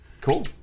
Cool